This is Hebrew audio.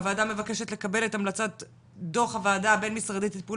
הוועדה מבקשת לקבל את המלצת דוח הוועדה הבין משרדית לטיפול